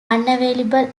unavailable